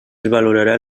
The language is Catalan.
valorarà